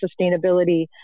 sustainability